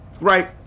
right